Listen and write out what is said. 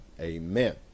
Amen